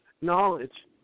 knowledge